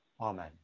Amen